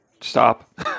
stop